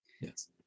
yes